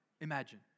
imagine